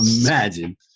imagine